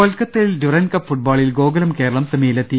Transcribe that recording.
കൊൽക്കത്തിൽ Durand Cup ഫുട്ബോളിൽ ഗോകുലം കേരളം സെമിയിലെത്തി